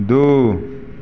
दू